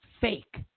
fake